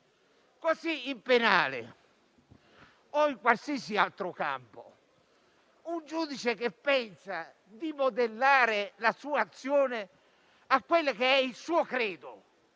Così, nel penale o in qualsiasi altro campo, un giudice che pensa di modellare la sua azione al suo credo